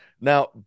Now